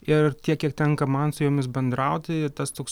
ir tiek kiek tenka man su jomis bendrauti tas toks